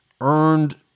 earned